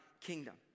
kingdom